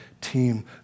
team